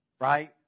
Right